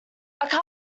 car